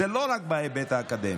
זה לא רק בהיבט האקדמי.